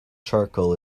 charcoal